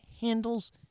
handles